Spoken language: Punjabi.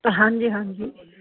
ਹਾਂਜੀ ਹਾਂਜੀ